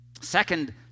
Second